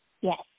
Yes